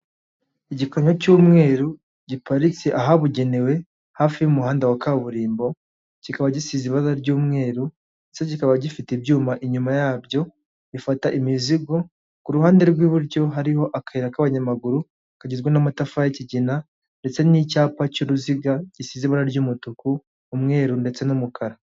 Iyi ni ingorofani yifashishwa na bamwe mu batwara imizigo, aho ishyirwamo ibiba biremereye cyane badashobora kwikorera nk'imifuka, amakarito menshi ndetse n'ibindi.